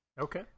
okay